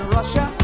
Russia